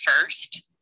first